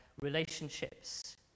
relationships